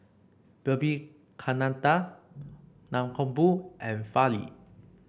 Vivekananda Mankombu and Fali